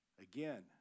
Again